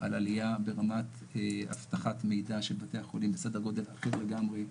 על עלייה ברמת אבטחת מידע של בתי החולים בסדר גודל אחר לגמרי.